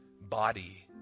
body